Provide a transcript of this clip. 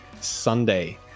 Sunday